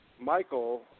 Michael